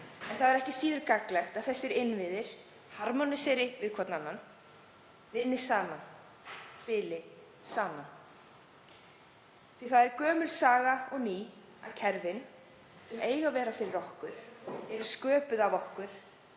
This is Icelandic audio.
en það er ekki síður gagnlegt að þessir innviðir harmóneri hver við annan, vinni saman, spili saman. Það er gömul saga og ný að kerfin sem eiga að vera fyrir okkur og eru sköpuð af okkur